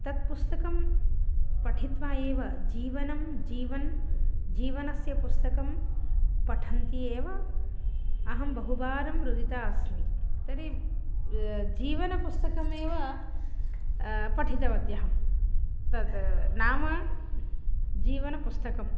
तत् पुस्तकं पठित्वा एव जीवनं जीवनं जीवनस्य पुस्तकं पठन्ती एव अहं बहुवारं रुदिता अस्मि तर्हि जीवनपुस्तकमेव पठितवती अहं तद् नाम जीवनपुस्तकम्